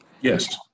Yes